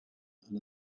and